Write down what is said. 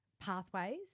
pathways